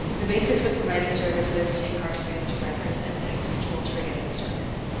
the basics of providing services to incarcerated survivors, and six, tools for getting started.